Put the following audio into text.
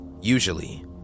Usually